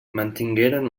mantingueren